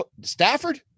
stafford